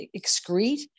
excrete